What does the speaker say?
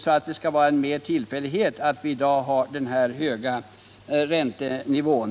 knappast vara en tillfällighet att vi har en så hög räntenivå.